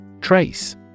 Trace